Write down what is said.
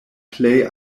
plej